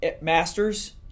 Masters